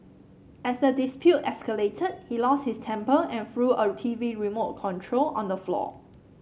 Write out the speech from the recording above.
as the dispute escalated he lost his temper and threw a T V remote control on the floor